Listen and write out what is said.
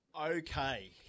Okay